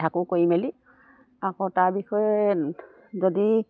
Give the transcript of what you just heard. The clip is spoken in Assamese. কৰি মেলি আকৌ তাৰ বিষয়ে যদি